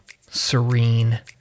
serene